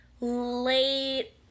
late